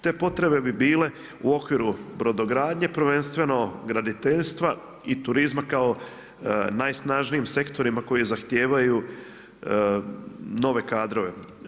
Te potrebe bi bile u okviru brodogradnje prvenstveno, graditeljstva i turizma kao najsnažnijim sektorima koji zahtijevaju nove kadrove.